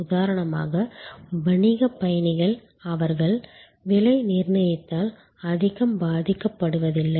உதாரணமாக வணிகப் பயணிகள் அவர்கள் விலை நிர்ணயத்தால் அதிகம் பாதிக்கப்படுவதில்லை